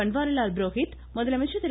பன்வாரிலால் புரோஹித் முதலமைச்சர் திரு